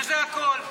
וזה הכול.